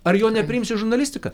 ar jo nepriims į žurnalistiką